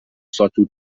ساتور